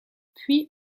puis